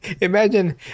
Imagine